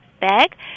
bag